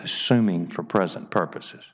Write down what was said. assuming for present purposes